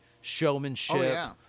showmanship